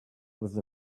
with